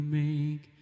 make